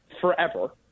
forever